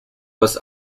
was